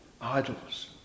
idols